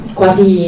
quasi